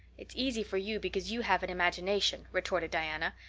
it's easy for you because you have an imagination, retorted diana,